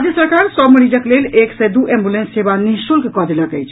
राज्य सरकार सभ मरीजक लेल एक सय दू एम्बुलेंस सेवा निःशुल्क कऽ देलक अछि